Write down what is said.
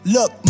Look